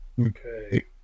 Okay